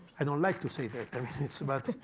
i don't like to say that. i mean, it's about